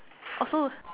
also